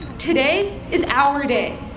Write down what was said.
today is our day.